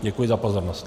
Děkuji za pozornost.